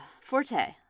Forte